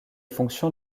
fonctions